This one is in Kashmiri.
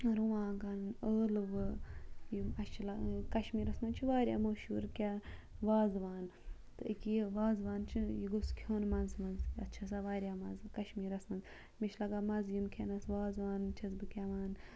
رُوانٛگَن ٲلوٕ یِم اَسہِ چھِ کشمیٖرَس منٛز چھِ واریاہ مہشوٗر کیٛاہ وازوان تہٕ أکیٛاہ یہِ وازوان چھِنہٕ یہِ گوٚژھ کھیوٚن منٛزٕ منٛزٕ یَتھ چھِ آسان واریاہ مَزٕ کشمیٖرَس منٛز مےٚ چھِ لَگان مَزٕ یِم کھٮ۪نَس وازوان چھَس بہٕ کھٮ۪وان